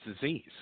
disease